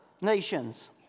nations